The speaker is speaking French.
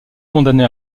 condamné